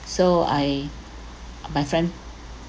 so I my friend